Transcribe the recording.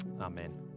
Amen